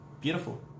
beautiful